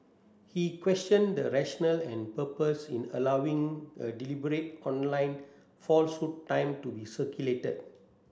he questioned the rationale and purpose in allowing a deliberate online falsehood time to be circulated